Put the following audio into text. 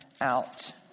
out